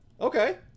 Okay